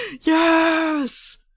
Yes